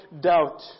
doubt